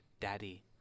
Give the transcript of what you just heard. Daddy